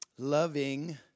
Loving